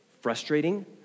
frustrating